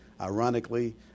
ironically